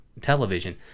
television